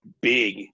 big